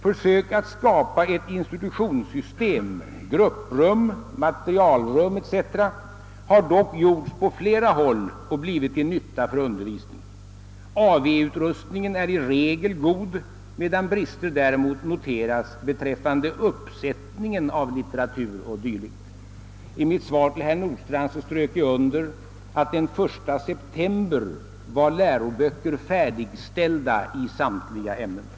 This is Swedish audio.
Försök att skapa ett institutionssystem, grupprum, materialrum etc. har dock gjorts på flera håll och blivit till nytta för undervisningen. AV-utrustningen är i regel god, medan brister däremot noteras beträffande uppsättningen av litteratur o. d. I mitt svar till herr Nordstrandh strök jag under att läroböcker var färdigställda den 1 september i samtliga ämnen.